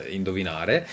indovinare